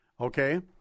okay